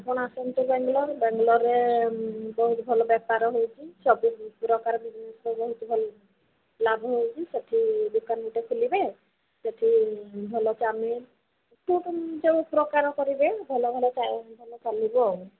ଆପଣ ଆସନ୍ତୁ ବେଙ୍ଗଲୋର୍ ବେଙ୍ଗଲୋରରେ ବହୁତ ଭଲ ବେପାର ହେଉଛି ସବୁ ପ୍ରକାର ବିଜିନେସ୍ ହେଉଛି ଭଲ ଲାଭ ହେଉଛି ସେଠି ଦୋକାନ ଗୋଟେ ଖୋଲିବେ ସେଠି ଭଲ ଚାଉମିନ୍ ଯୋଉ ପ୍ରକାର କରିବେ ଭଲ ଭଲ ଚାଲିବ